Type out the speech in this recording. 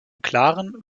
klaren